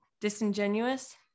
disingenuous